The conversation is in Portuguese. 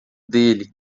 dele